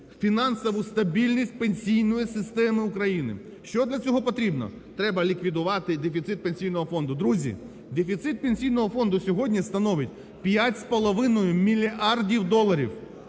фінансову стабільність пенсійної системи України. Що для цього потрібно? Треба ліквідувати дефіцит Пенсійного фонду. Друзі, дефіцит Пенсійного фонду сьогодні становить 5,5 мільярдів доларів,